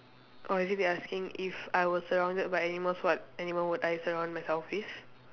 oh is it they asking if I was surrounded by animals what animal would I surround myself with